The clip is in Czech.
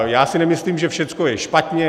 Já si nemyslím, že všechno je špatně.